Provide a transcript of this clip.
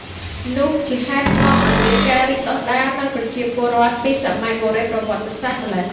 នោះជាហេតុនាំឱ្យមានការរីកដុះដាលនូវប្រជាពលរដ្ឋ ពីសម័យបុរេប្រវត្តិសាស្រ្តម៉្លេះ។